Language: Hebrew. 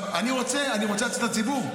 אני רוצה לצאת לציבור,